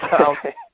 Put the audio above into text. Okay